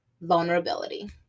vulnerability